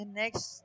next